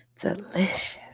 delicious